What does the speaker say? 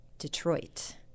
Detroit